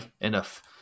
enough